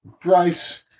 Bryce